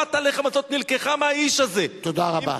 פת הלחם הזאת נלקחה מהאיש הזה, תודה רבה.